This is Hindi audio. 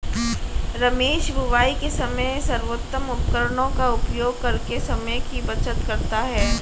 रमेश बुवाई के समय सर्वोत्तम उपकरणों का उपयोग करके समय की बचत करता है